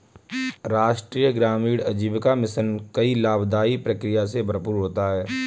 राष्ट्रीय ग्रामीण आजीविका मिशन कई लाभदाई प्रक्रिया से भरपूर होता है